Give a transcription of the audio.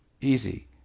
easy